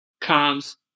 comes